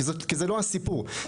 כי זה לא הסיפור.